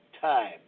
time